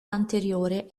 anteriore